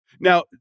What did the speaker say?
Now